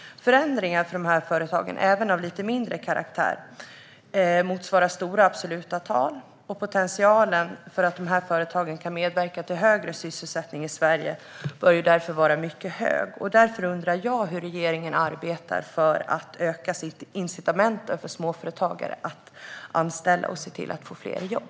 Förändringar för de här företagen, även av lite mindre karaktär, motsvarar höga absoluta tal. Potentialen för de här företagen att medverka till högre sysselsättning i Sverige bör därför vara mycket hög. Därför undrar jag hur regeringen arbetar för att öka incitamenten för småföretagare att anställa och få fler i jobb.